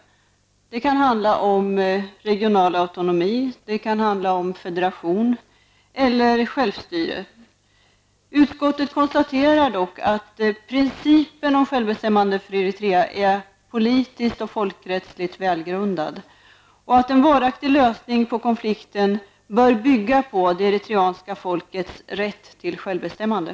Det kan handla om regional autonomi, om federation eller om självstyre. Utskottet konstaterar dock att principen om självbestämmande för Eritrea är politiskt och folkrättsligt välgrundad. En varaktig lösning på konflikten bör bygga på det eritreanska folkets rätt till självbestämmande.